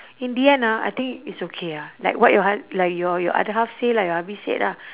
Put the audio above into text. in the end ah I think it's okay ah like what your hu~ like your your other half say lah your hubby said ah